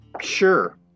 Sure